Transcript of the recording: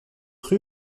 rue